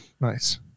Nice